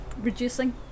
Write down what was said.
reducing